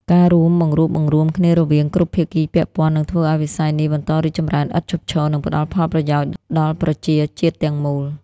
ការរួមបង្រួបបង្រួមគ្នារវាងគ្រប់ភាគីពាក់ព័ន្ធ នឹងធ្វើឱ្យវិស័យនេះបន្តរីកចម្រើនឥតឈប់ឈរ និងផ្ដល់ផលប្រយោជន៍ដល់ប្រជាជាតិទាំងមូល។